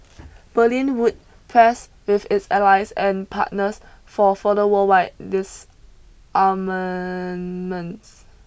Berlin would press with its allies and partners for further worldwide disarmament